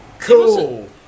Cool